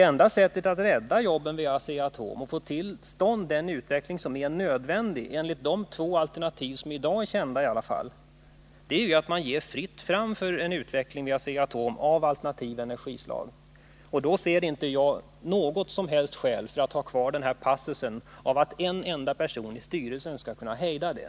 Enda sättet att rädda jobben vid Asea-Atom och få till stånd den utveckling som är nödvändig — enligt de två alternativ som i dag är kända i alla fall — är att ge fritt fram för en utveckling vid företaget av alternativa energislag. Och då ser jag inte något som helst skäl för att ha kvar passusen om att en enda person i styrelsen skall kunna hejda det.